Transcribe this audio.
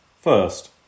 First